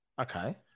Okay